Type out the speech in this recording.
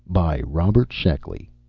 by robert sheckley